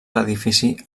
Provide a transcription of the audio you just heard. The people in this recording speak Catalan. l’edifici